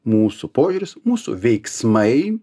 mūsų požiūris mūsų veiksmai